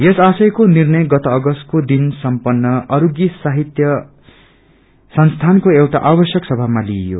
यस आशयको निर्णय गत अगस्तको दिन सम्पन्न अस्ति साहित्य संस्थानको एउआ आवश्यक सभामा लिइयो